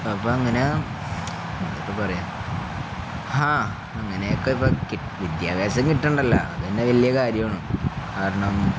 അ അപ്പ അങ്ങനെ അപ്പ പറയാ ആ അങ്ങനെയക്കെ ഇപ്പ ക വിദ്യാഭ്യാസം കിട്ടണ്ടല്ല അതിന്നെ വല്യ കാര്യാണ് കാരണം